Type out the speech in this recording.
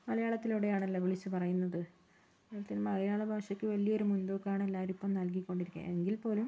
മലയാളത്തിലൂടെ ആണല്ലോ വിളിച്ച് പറയുന്നത് മലയാള ഭാഷക്ക് വല്ലിയൊരു മുൻതൂക്കവാണ് എല്ലാരും ഇപ്പോൾ നൽകി കൊണ്ടിരിക്കുന്നത് എങ്കിൽ പോലും